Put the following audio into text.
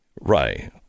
Right